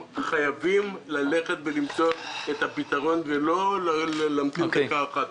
חייבים למצוא את הפתרון ולא להמתין ולו דקה אחת.